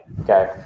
Okay